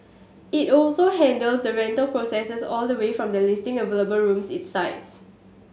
it also handles the rental process all the way from listing available rooms its sites